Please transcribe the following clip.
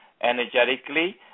energetically